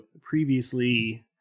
previously